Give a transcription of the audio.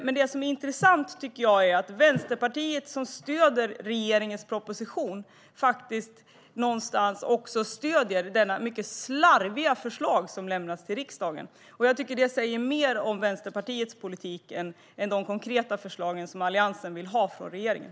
Det är intressant att Vänsterpartiet, som stöder regeringens proposition, också stöder det mycket slarviga förslag som lämnats till riksdagen. Jag tycker att detta säger mer om Vänsterpartiets politik än de konkreta förslag som Alliansen vill ha från regeringen.